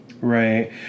Right